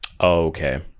Okay